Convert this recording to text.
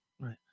Right